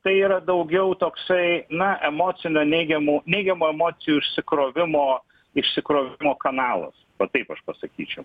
tai yra daugiau toksai na emocinio neigiamų neigiamų emocijų išsikrovimo išsikrovimo kanalas va taip aš pasakyčiau